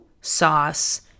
sauce